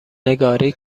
نگاری